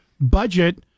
budget